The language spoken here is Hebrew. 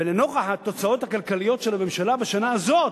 ולנוכח התוצאות הכלכליות של הממשלה בשנה הזאת,